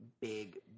big